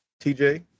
TJ